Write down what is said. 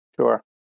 Sure